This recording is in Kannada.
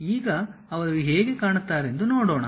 ಈಗ ಅವರು ಹೇಗೆ ಕಾಣುತ್ತಾರೆಂದು ನೋಡೋಣ